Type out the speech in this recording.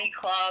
club